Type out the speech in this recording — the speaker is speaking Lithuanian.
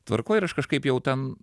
tvarkoj ir aš kažkaip jau ten